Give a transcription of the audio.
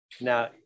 Now